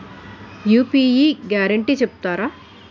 UPI guarantee చెప్తారా?